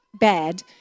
bad